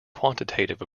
quantitative